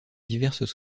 diverses